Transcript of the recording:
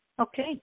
Okay